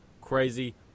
Crazy